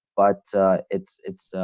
but it's it's,